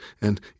and